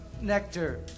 nectar